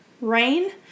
rain